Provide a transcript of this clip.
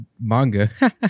manga